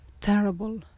terrible